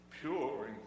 pure